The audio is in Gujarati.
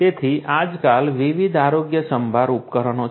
તેથી આજકાલ વિવિધ આરોગ્યસંભાળ ઉપકરણો છે